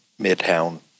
midtown